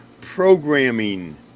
programming